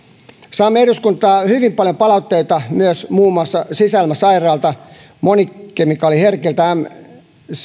saamme eduskuntaan hyvin paljon palautteita myös muun muassa sisäilmasairailta monikemikaaliherkiltä